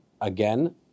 Again